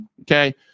Okay